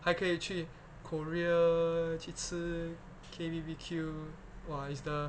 还可以去 korea 去吃 K_B_B_Q !wah! is the